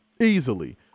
easily